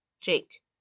Jake